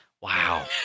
wow